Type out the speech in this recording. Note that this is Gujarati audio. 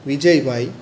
વિજયભાઈ